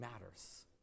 matters